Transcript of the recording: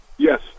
Yes